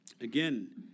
Again